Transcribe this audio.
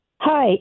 Hi